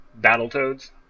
Battletoads